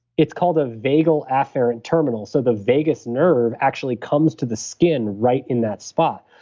it's called a vagal afferent terminal, so the vagus nerve actually comes to the skin right in that spot.